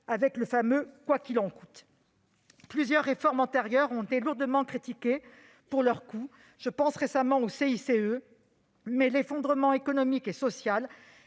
nom du fameux « quoi qu'il en coûte ». Plusieurs réformes antérieures ont été lourdement critiquées pour leur coût. Je pense notamment au CICE. Cependant, l'effondrement économique et social